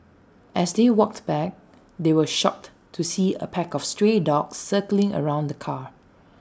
as they walked back they were shocked to see A pack of stray dogs circling around the car